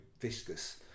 viscous